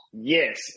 yes